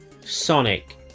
Sonic